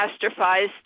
catastrophized